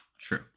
True